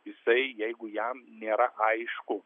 jisai jeigu jam nėra aišku